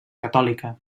catòlica